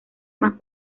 más